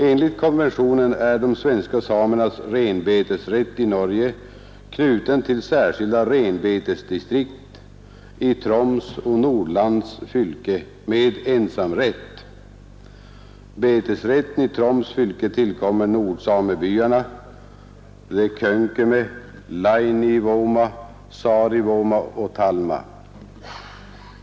Enligt konventionen är de svenska samernas renbetesrätt i Norge knuten till särskilda renbetesdistrikt i Troms och Nordlands fylke med ensamrätt. Betesrätten i Troms fylke tillkommer nordsamebyarna .